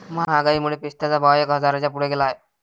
महागाईमुळे पिस्त्याचा भाव एक हजाराच्या पुढे गेला आहे